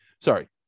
Sorry